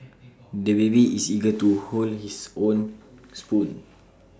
the baby is eager to hold his own spoon